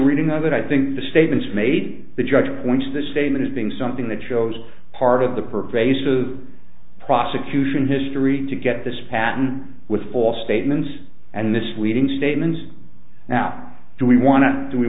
reading of it i think the statements made the judge point to this statement as being something that shows part of the pervasive prosecution history to get this pattern with false statements and this leading statements now do we want to do we